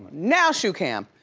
now, shoe cam.